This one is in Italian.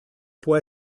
può